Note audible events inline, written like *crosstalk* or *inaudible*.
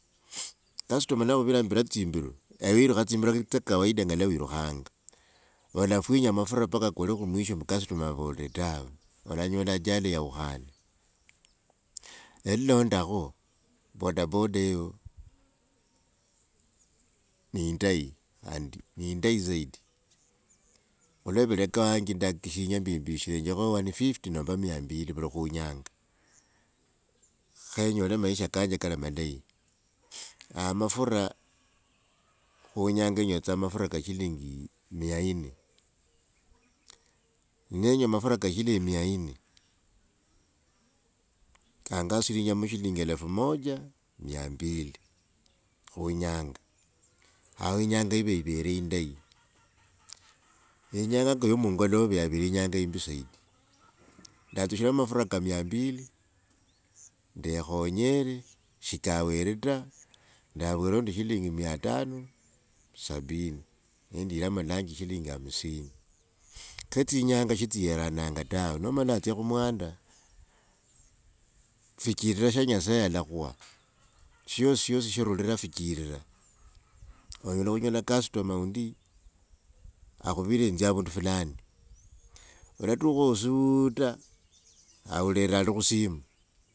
*noise* customer navo nivarimbira tsimbiro, ewewirukha tsimbiro tsya kawaida nga ni wirukhanga, olafwinya mafura mpaka kole khu mwisho mwa customer avolre tawe, olanyola ajali yaukhane. Elilondakho bodaboda eyo ni indayi khandi ni indayi zaidi. Khu lwo vuleka wanje ndakikishanja mbu mbishirenjekho one fifty nomba mia mbiri vuli khu nyanga. Khe enyole maisha kanje kali malayi. *hesitation* mafura khu nyanga nywetsa mafura ka shilingi mia nne. Nenywa mafura ka shilingi mia nne kangasurinja shilingi elfu moja mia mbiri khu nyanga. Hao inyanga iva ivere indai. Ne inyanga nga ya mungolove yavere *noise* inyanga yimbi zaidi. Ndatsushiremo mafura ka mia mbiri, nekhonyere shi kawere ta, ndavwereo nende shilingi mia tano sabini, ne ndiramo lunch shilingi hamsini. Kha tsi nyanga shitsiyerananga tawe. Nomala watsia khu mwanda sichirira sha nyasaye alakhwa. *noise* shosi shosi shirula fichirira. Onyela khunyola customer wundi, akhuvirenje nzya avundu fulani olatukhao usuuuta aolere ali khusimu.